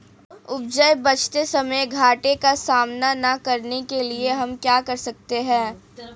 उपज बेचते समय घाटे का सामना न करने के लिए हम क्या कर सकते हैं?